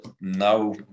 now